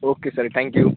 okay sir thank you